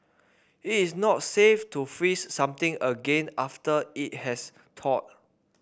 it is not safe to freeze something again after it has thawed